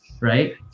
right